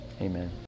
Amen